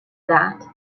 that